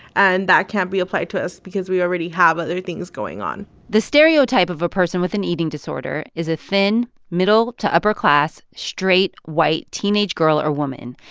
and that can't be applied to us because we already have other things going on the stereotype of a person with an eating disorder is a thin, middle to upper-class, straight, white teenage girl or woman,